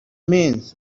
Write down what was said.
means